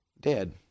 dead